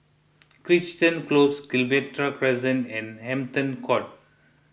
Crichton Close Gibraltar Crescent and Hampton Court